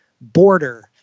border